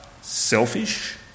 selfish